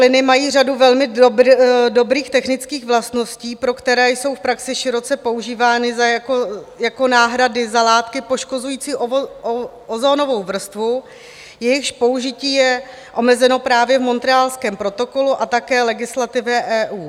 Fplyny mají řadu velmi dobrých technických vlastností, pro které jsou v praxi široce používány jako náhrady za látky poškozující ozonovou vrstvu, jejichž použití je omezeno právě v Montrealském protokolu a také v legislativě EU.